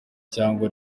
cyangwa